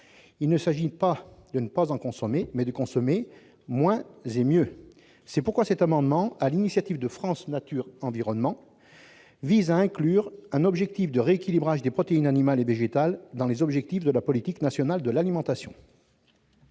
Il ne s'agit pas de ne plus en consommer, mais d'en consommer moins et mieux. C'est pourquoi cet amendement vise, sur l'initiative de France Nature Environnement, à inclure un objectif de rééquilibrage des protéines animales et végétales dans les objectifs de la politique nationale de l'alimentation.